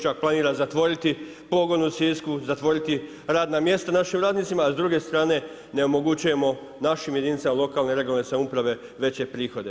Čak planira zatvoriti pogone u Sisku, zatvoriti radna mjesta našim radnicima, a s druge strane ne omogućujemo našim jedinicama lokalne i regionalne samouprave veće prihode.